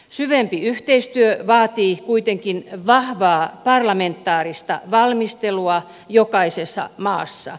syvempi yhteistyö vaatii kuitenkin vahvaa parlamentaarista valmistelua jokaisessa maassa